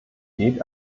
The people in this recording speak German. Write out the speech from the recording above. geht